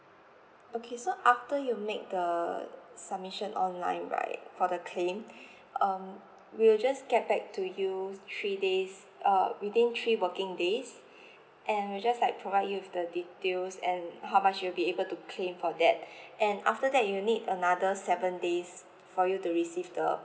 okay so after you make the submission online right for the claim um we'll just get back to you three days uh within three working days and we'll just like provide you with the details and how much you'll be able to claim for that and after that it will need another seven days for you to receive the